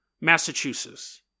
massachusetts